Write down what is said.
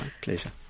pleasure